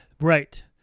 right